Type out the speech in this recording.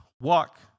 Walk